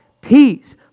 peace